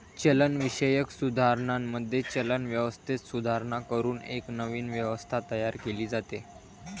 चलनविषयक सुधारणांमध्ये, चलन व्यवस्थेत सुधारणा करून एक नवीन व्यवस्था तयार केली जाते